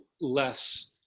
less